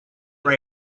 born